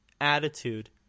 attitude